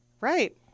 Right